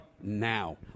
now